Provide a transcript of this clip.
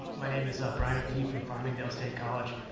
my name is ah brian o'keeffe from farmingdale state college.